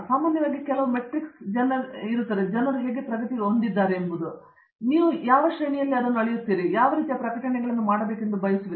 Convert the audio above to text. ಸಾಮಾನ್ಯವಾಗಿ ನಾವು ಕೆಲವು ಮೆಟ್ರಿಕ್ಸ್ ಜನರಿಗೆ ಹೇಗೆ ಪ್ರಗತಿಯಾಗುತ್ತೇವೆ ಅವರು ಏನು ಮಾಡಿದ್ದಾರೆ ಯಾವ ಶ್ರೇಣಿಗಳನ್ನು ಪಡೆದಿವೆ ಅವರು ಯಾವ ರೀತಿಯ ಪ್ರಕಟಣೆ ಇತ್ಯಾದಿಗಳನ್ನು ಮಾಡಿದ್ದಾರೆ ಎಂದು ಸಂಸ್ಥೆಯಲ್ಲಿ ಸಾಮಾನ್ಯವಾಗಿ ತಿಳಿದಿದೆ